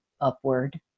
upward